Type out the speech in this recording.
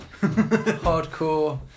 hardcore